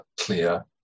clear